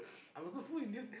I'm also full Indian